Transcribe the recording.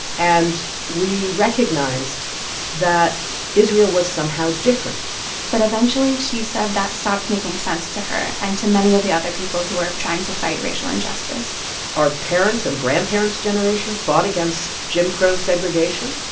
and we recognized that israel was somehow different but eventually, she said that stopped making sense to her and to many of the other people who were trying to fight racial injustice our parents' and grandparents' generation fought against jim crow segregation.